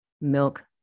milk